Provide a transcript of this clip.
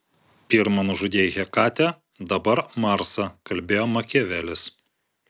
pirma nužudei hekatę dabar marsą kalbėjo makiavelis